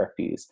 therapies